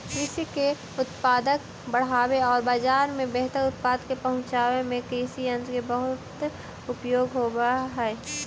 कृषि के उत्पादक बढ़ावे औउर बाजार में बेहतर उत्पाद के पहुँचावे में कृषियन्त्र के बहुत उपयोग होवऽ हई